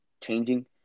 changing